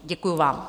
Děkuji vám.